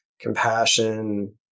compassion